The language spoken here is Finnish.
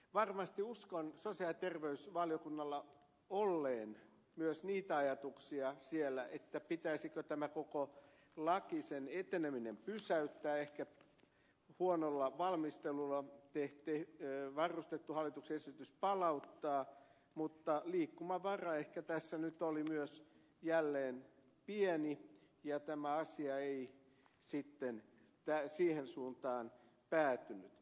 varmasti uskon sosiaali ja terveysvaliokunnalla olleen myös niitä ajatuksia pitäisikö tämä koko laki sen eteneminen pysäyttää ehkä huonolla valmistelulla tehty hallituksen esitys palauttaa mutta liikkumavara ehkä tässä nyt oli myös jälleen pieni ja tämä asia ei sitten siihen suuntaan päätynyt